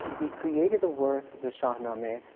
he created a work, the shahnameh,